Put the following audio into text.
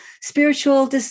spiritual